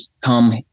come